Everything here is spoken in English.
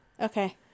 okay